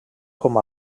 com